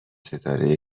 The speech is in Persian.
ستاره